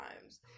times